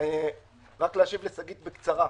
רק להשיב לשגית בקצרה.